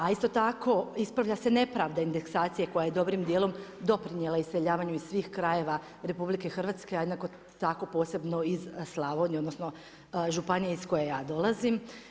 A isto tako ispravlja se nepravda indeksacije koja je dobrim dijelom doprinijela iseljavanju iz svih krajeva RH, a jednako tak posebno iz Slavonije, odnosno iz županije iz koje ja dolazim.